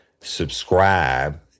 subscribe